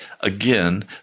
again